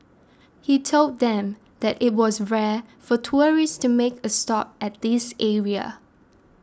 he told them that it was rare for tourists to make a stop at this area